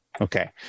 Okay